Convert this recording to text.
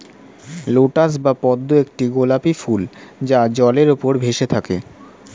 lotus বা পদ্ম একটি গোলাপী ফুল যা জলের উপর ভেসে থাকে